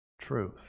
truth